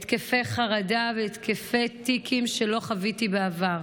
התקפי חרדה והתקפי טיקים שלא חוויתי בעבר.